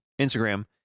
Instagram